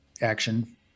Action